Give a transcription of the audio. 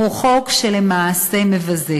הוא למעשה חוק מבזה.